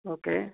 okay